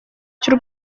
cy’u